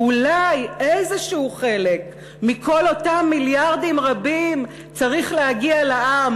ואולי איזשהו חלק מכל אותם מיליארדים רבים צריך להגיע לעם.